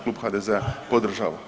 Klub HDZ-a podržava.